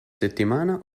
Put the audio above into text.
settimana